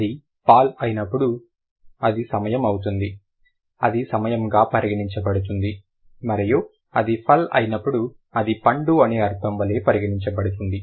అది పాల్ అయినప్పుడు అది సమయం అవుతుంది అది సమయంగా పరిగణించబడుతుంది మరియు అది ఫల్ అయినప్పుడు అది పండు అనే అర్థం వలె పరిగణించబడుతుంది